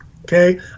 okay